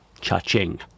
cha-ching